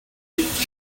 need